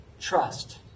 trust